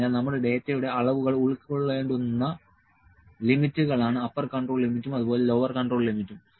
അതിനാൽ നമ്മുടെ ഡാറ്റയുടെ അളവുകൾ ഉൾകൊള്ളേണ്ടുന്ന ലിമിറ്റുകളാണ് അപ്പർ കൺട്രോൾ ലിമിറ്റും അതുപോലെ ലോവർ കൺട്രോൾ ലിമിറ്റും